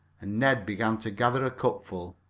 and ned began to gather a cupful.